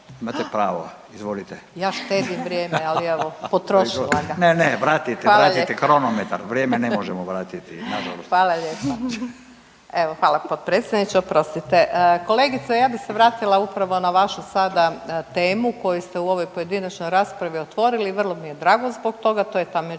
ali evo potrošila ga. **Radin, Furio (Nezavisni)** Ne, ne, vratite, vratite kronometar, vrijeme ne možemo vratiti nažalost. **Murganić, Nada (HDZ)** Hvala lijepa, evo hvala potpredsjedniče, oprostite. Kolegice ja bi se vratila upravo na vašu sada temu koju ste u ovoj pojedinačnoj raspravi otvorili, vrlo mi je drago zbog toga, to je ta međuresorna